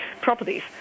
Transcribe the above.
properties